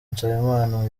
nsabimana